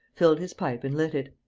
filled his pipe and lit it.